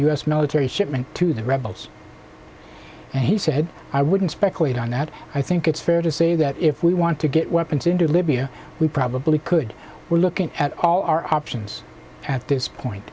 s military shipment to the rebels and he said i wouldn't speculate on that i think it's fair to say that if we want to get weapons into libya we probably could we're looking at all our options at this point